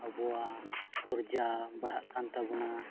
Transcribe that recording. ᱟᱵᱚᱣᱟᱜ ᱩᱨᱡᱟ ᱵᱟᱲᱦᱟᱜ ᱠᱟᱱᱛᱟᱵᱚᱱᱟ